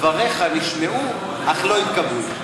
דבריך נשמעו אך לא התקבלו.